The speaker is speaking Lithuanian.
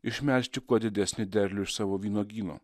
išmelžti kuo didesnį derlių iš savo vynuogyno